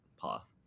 path